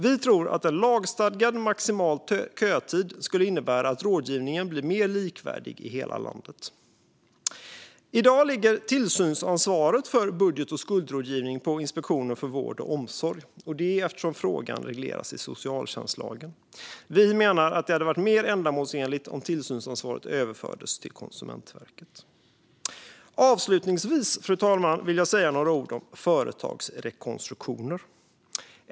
Vi tror att en lagstadgad maximal kötid skulle innebära att rådgivningen blir mer likvärdig i hela landet. I dag ligger tillsynsansvaret för budget och skuldrådgivning på Inspektionen för vård och omsorg, eftersom frågan regleras i socialtjänstlagen. Vi menar att det skulle vara mer ändamålsenligt om tillsynsansvaret överförs till Konsumentverket. Fru talman! Avslutningsvis vill jag säga några ord om företagsrekonstruktioner.